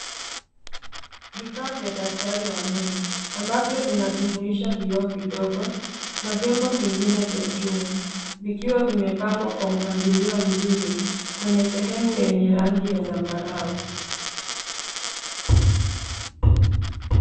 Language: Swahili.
Vifaa vya daktari wa meno ambavyo vinajumuisha vioo vidogo na vyombo vingine vya chuma vikiwa vimepangwa kwa mpangilio mzuri kwenye sehemu yenye rangi ya zambarau.